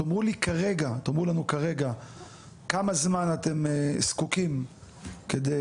תאמרו לנו כרגע לכמה זמן אתם זקוקים כדי